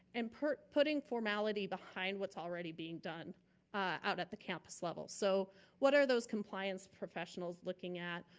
and putting putting formality behind what's already being done out at the campus level. so what are those compliance professionals looking at?